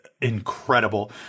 incredible